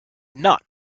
not